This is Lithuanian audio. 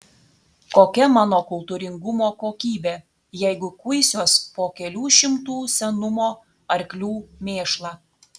kokia mano kultūringumo kokybė jeigu kuisiuos po kelių šimtų senumo arklių mėšlą